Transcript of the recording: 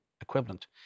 equivalent